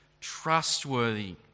trustworthy